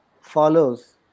follows